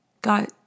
got